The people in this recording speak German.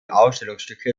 ausstellungsstücke